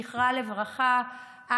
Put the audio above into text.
זכרה לברכה,